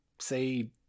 say